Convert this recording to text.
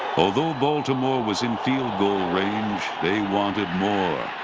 although baltimore was in field-goal range, they wanted more.